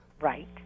Right